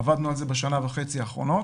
עבדנו על זה בשנה וחצי האחרונות